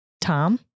Tom